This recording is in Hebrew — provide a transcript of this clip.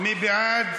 מי בעד?